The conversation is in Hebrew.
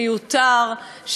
מיותר,